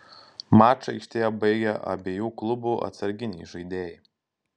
mačą aikštėje baigė abiejų klubų atsarginiai žaidėjai